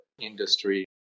industry